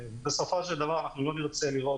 בסופו של דבר אנחנו לא נרצה לראות